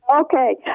Okay